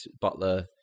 Butler